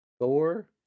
Thor